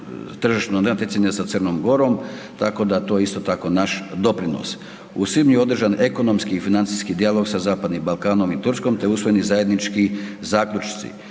tržišnog natjecanja sa Crnom Gorom, tako da to isto tako naš doprinos. U svibnju je održan ekonomski i financijski dijalog sa Zapadnim Balkanom i Turskom te usvojeni zajednički zaključci.